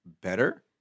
better